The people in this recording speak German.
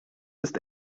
ist